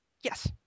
Yes